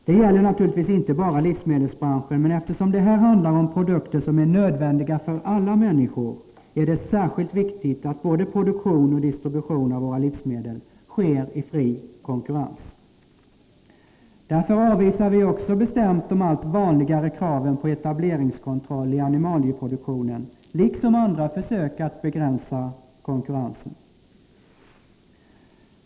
Det gäller naturligtvis inte bara livsmedelsbranschen, men eftersom det här handlar om produkter som är nödvändiga för alla människor är det särskilt viktigt att både produktion och 123 distribution av våra livsmedel sker i fri konkurrens. Därför avvisar vi också bestämt de allt vanligare kraven på etableringskontroll i animalieproduktionen liksom andra försök att begränsa konkurrensen.